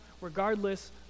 regardless